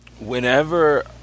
whenever